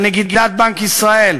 של נגידת בנק ישראל.